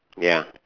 ya